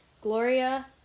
Gloria